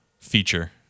feature